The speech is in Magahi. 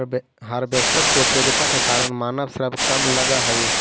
हार्वेस्टर के उपयोगिता के कारण मानव श्रम कम लगऽ हई